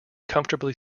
comfortably